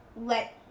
let